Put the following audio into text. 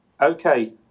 okay